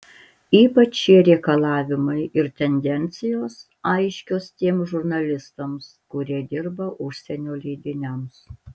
ypač šie reikalavimai ir tendencijos aiškios tiems žurnalistams kurie dirba užsienio leidiniams